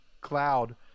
cloud